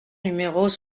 numéros